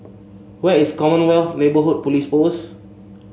where is Commonwealth Neighbourhood Police Post